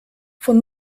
von